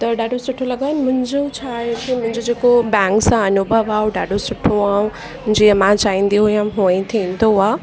त ॾाढो सुठो लॻनि मुंहिंजो छा आहे कि मुंहिंजो जेको बैंक सां अनुभव आहे उहो ॾाढो सुठो आहे ऐं जंहिं मां चाहींदी हुअमि हूअं ई थींदो आहे